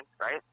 right